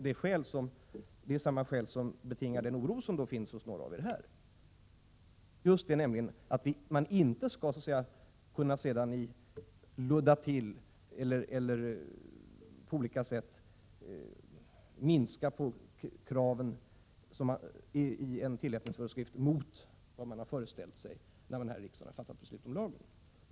Det är samma skäl som betingar den oro som finns hos några av er här i kammaren. Det skall inte vara möjligt att i en tillämpningsföreskrift kunna ludda till eller på något sätt minska kraven i förhållande till vad man har föreställt sig när man här i riksdagen fattat beslut om lagen.